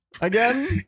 again